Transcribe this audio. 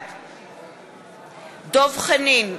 בעד דב חנין,